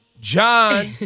John